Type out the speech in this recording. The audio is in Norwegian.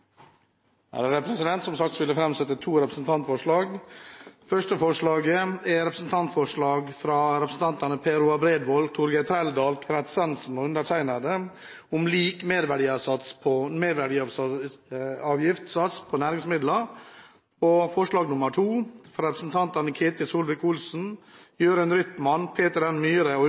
Som sagt vil jeg framsette to representantforslag. Det første er et representantforslag fra representantene Per Roar Bredvold, Torgeir Trældal, Kenneth Svendsen og undertegnede om lik merverdiavgiftssats på næringsmidler. Det andre forslaget er fra representantene Ketil Solvik-Olsen, Jørund Rytman, Peter N. Myhre og